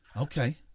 Okay